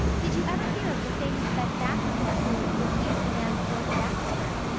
did you ever hear of the famous betty baxter, who refused a man before he'd axed her?